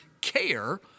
care